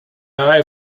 eye